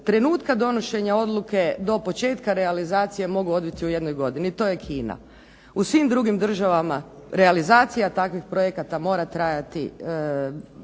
trenutka donošenja odluke do početka realizacije mogu odviti u jednoj godini, to je Kina. U svim drugim državama realizacija takvih projekata mora trajati